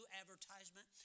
advertisement